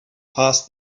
passed